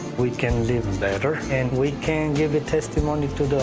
we can live better, and we can give a testimony to